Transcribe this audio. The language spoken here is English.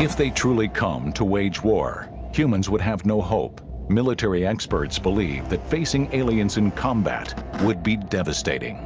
if they truly come to wage war humans would have no hope military experts believe that facing aliens in combat would be devastating